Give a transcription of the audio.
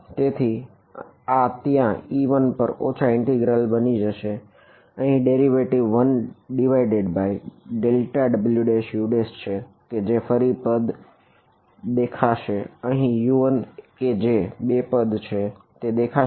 તેથી આ ત્યાં e1 પર ઓછા ઈન્ટિગ્રલ 1ΔWU છે કે જે પદ ફરીથી દેખાશે અહીં U1 કે જે બે પદ છે તે દેખાશે